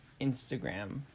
Instagram